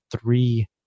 three